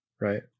right